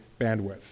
bandwidth